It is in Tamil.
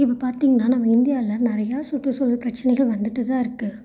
இப்போ பார்த்தீங்கன்னா நம்ம இந்தியாவில் நிறையா சுற்றுச்சூழல் பிரச்சனைகள் வந்துவிட்டு தான் இருக்குது